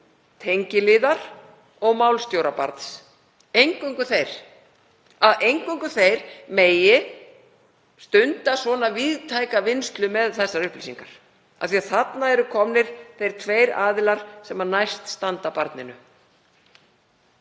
„tengiliðar og málstjóra barns“. Að eingöngu þeir megi stunda svona víðtæka vinnslu með þessar upplýsingar, af því að þarna eru komnir þeir tveir aðilar sem næst standa barninu.